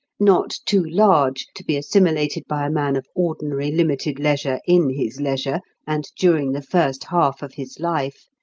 not too large to be assimilated by a man of ordinary limited leisure in his leisure and during the first half of his life,